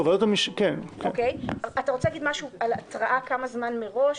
אתה רוצה להגיד משהו על התראה כמה זמן מראש?